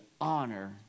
honor